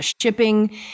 shipping